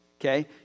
okay